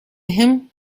him